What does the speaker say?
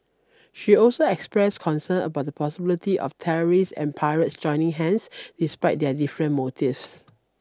she also expressed concern about the possibility of terrorists and pirates joining hands despite their different motives